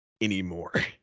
anymore